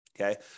Okay